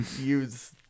use